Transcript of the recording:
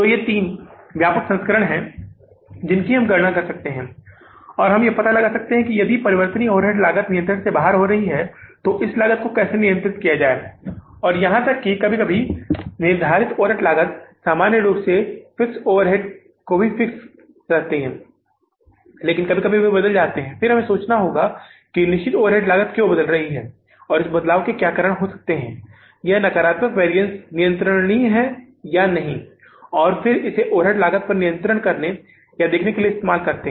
तो ये तीन व्यापक संस्करण हैं जिनकी हम गणना कर सकते हैं और हम यह पता लगा सकते हैं कि यदि परिवर्तनीय ओवरहेड लागत नियंत्रण से बाहर हो रही है तो इस लागत को कैसे नियंत्रित किया जाए और यहां तक कि कभी कभी निर्धारित ओवरहेड लागत सामान्य रूप से फिक्स्ड ओवरहेड्स भी फिक्स रहते हैं लेकिन कभी कभी वे बदल भी जाते हैं फिर हमें यह सोचना होगा कि निश्चित ओवरहेड लागत क्यों बदल गई और इस बदलाव का कारण क्या हो सकता है या नकारात्मक वैरिअन्स नियंत्रणीय है अथवा नहीं और फिर इसे ओवरहेड लागत पर नियंत्रित करने या देखने के लिए इस्तेमाल करते है